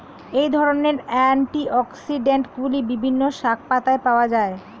এই ধরনের অ্যান্টিঅক্সিড্যান্টগুলি বিভিন্ন শাকপাতায় পাওয়া য়ায়